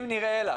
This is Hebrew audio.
אם נראה לך,